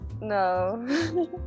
no